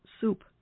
soup